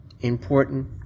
important